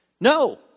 No